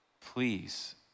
Please